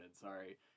Sorry